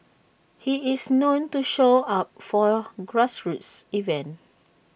he is known to show up for grassroots event